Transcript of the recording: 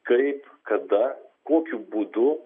kaip kada kokiu būdu